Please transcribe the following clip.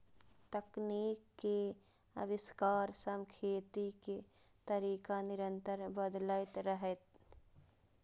तकनीक के आविष्कार सं खेती के तरीका निरंतर बदलैत रहलैए